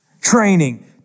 Training